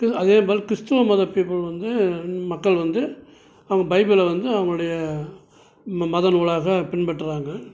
அதே மாதிரி கிறிஸ்துவ மத பீப்புள் வந்து மக்கள் வந்து அவங்க பைபிளை வந்து அவங்களுடைய மத நூலாக பின்பற்றுகிறாங்க